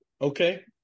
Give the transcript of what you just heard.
Okay